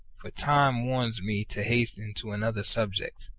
for time warns me to hasten to another subject.